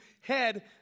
head